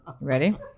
Ready